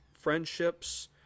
friendships